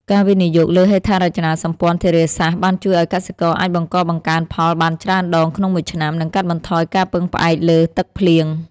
ការវិនិយោគលើហេដ្ឋារចនាសម្ព័ន្ធធារាសាស្ត្រ បានជួយឱ្យកសិករអាចបង្កបង្កើនផលបានច្រើនដងក្នុងមួយឆ្នាំ និងកាត់បន្ថយការពឹងផ្អែកលើទឹកភ្លៀង។